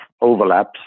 overlaps